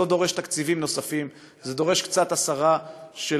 זה לא דורש תקציבים נוספים, זה דורש קצת הסרה של